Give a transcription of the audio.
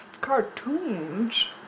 cartoons